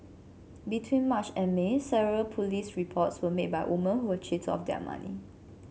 between March and May several police reports were made by woman who were cheated of their money